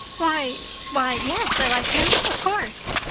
why why yes, i like him, of course,